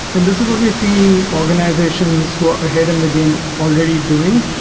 and this is what we're seeing organizations who are ahead in the game already doing.